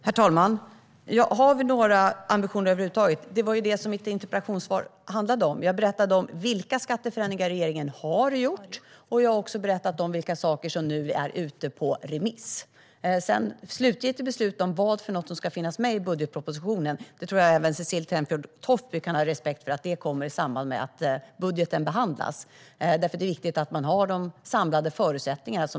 Herr talman! Har vi några ambitioner över huvud taget? Det var det som mitt interpellationssvar handlade om. Jag berättade om vilka skatteförändringar regeringen har gjort. Jag har också berättat om vilka saker som nu är ute på remiss. Slutgiltigt beslut om vad som ska finnas med i budgetpropositionen tror jag även Cecilie Tenfjord-Toftby kan ha respekt för kommer i samband med att budgeten behandlas. Det är viktigt att man har de samlade förutsättningarna.